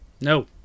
No